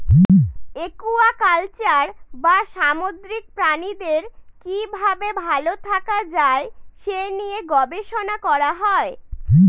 aquaculture বা সামুদ্রিক প্রাণীদের কি ভাবে ভালো থাকা যায় সে নিয়ে গবেষণা করা হয়